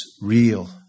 real